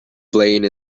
blaine